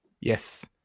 Yes